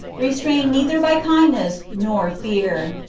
restrained neither by kindness nor fear.